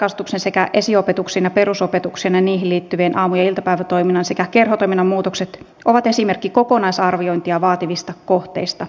varhaiskasvatuksen sekä esiopetuksen ja perusopetuksen ja niihin liittyvien aamu ja iltapäivätoiminnan sekä kerhotoiminnan muutokset ovat esimerkki kokonaisarviointia vaativista kohteista